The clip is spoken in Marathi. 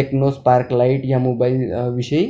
टेक्नो स्पार्क लाईट या मोबाईलविषयी